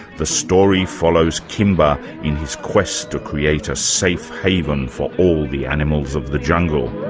the story follows kimba in his quest to create a safe haven for all the animals of the jungle.